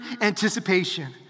anticipation